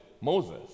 Moses